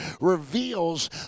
reveals